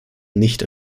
nicht